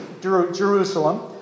Jerusalem